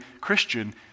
Christian